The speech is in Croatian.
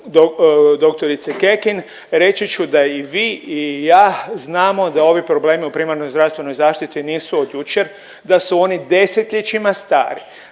dr. Kekin reći ću da i vi i ja znamo da ovi problemi u primarnoj zdravstvenoj zaštiti nisu od jučer, da su oni 10-ljećima stari.